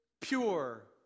pure